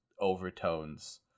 overtones